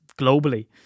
globally